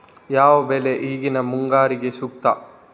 ಯಾವ ಬೆಳೆ ಈಗಿನ ಮುಂಗಾರಿಗೆ ಸೂಕ್ತ?